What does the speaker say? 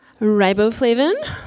Riboflavin